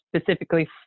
specifically